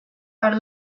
are